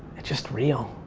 it's just real.